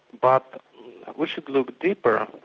but we should look deeper,